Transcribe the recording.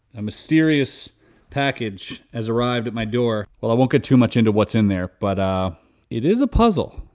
a mysterious package has arrived at my door. well, i won't get too much into what's in there, but it is a puzzle.